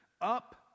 up